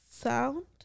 Sound